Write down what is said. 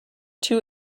two